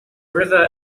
river